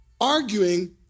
Arguing